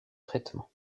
traitement